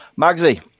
Magsy